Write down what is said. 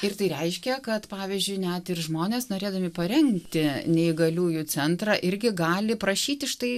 ir tai reiškia kad pavyzdžiui net ir žmonės norėdami parengti neįgaliųjų centrą irgi gali prašyti štai